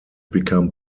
become